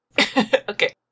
Okay